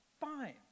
fine